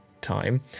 time